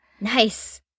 Nice